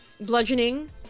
bludgeoning